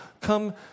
come